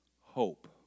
hope